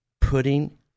putting